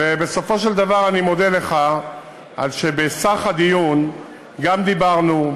ובסופו של דבר אני מודה לך על שבהיסח הדיון גם דיברנו.